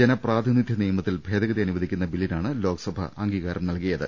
ജനപ്രാതിനിധ്യ നിയമത്തിൽ ഭേദഗതി അനുവദിക്കുന്ന ബില്ലിനാണ് ലോക്സഭ അംഗീകാരം നൽകി യത്